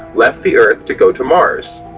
left the earth to go to mars.